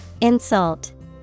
Insult